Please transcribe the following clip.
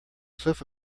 sofa